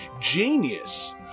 genius